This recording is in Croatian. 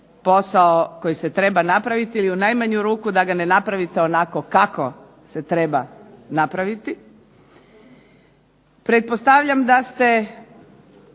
posao koji se treba napraviti ili u najmanju ruku da ga ne napravite onako kako se treba napraviti. Pretpostavljam da ste